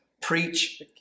preach